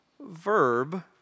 verb